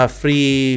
free